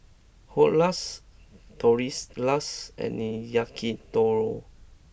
Dhokla Tortillas and Yakitori